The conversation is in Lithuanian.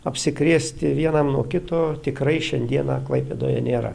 apsikrėsti vienam nuo kito tikrai šiandieną klaipėdoje nėra